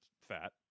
fat